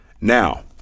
Now